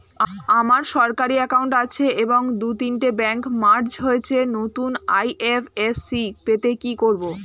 আমার সরকারি একাউন্ট আছে এবং দু তিনটে ব্যাংক মার্জ হয়েছে, নতুন আই.এফ.এস.সি পেতে কি করব?